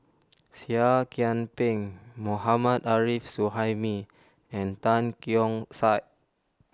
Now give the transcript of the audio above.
Seah Kian Peng Mohammad Arif Suhaimi and Tan Keong Saik